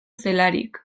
zelarik